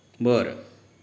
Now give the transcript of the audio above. बरं